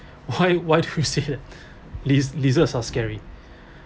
why why do you said that li~ lizards are scary